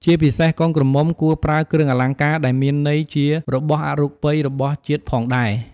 ជាពិសេសកូនក្រមុំគួរប្រើគ្រឿងអលង្ការដែលមានន័យជារបស់អរូបីរបស់ជាតិផងដែរ។